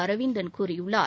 அரவிந்தன் கூறியுள்ளார்